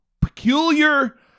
peculiar